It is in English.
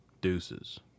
Deuces